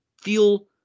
feel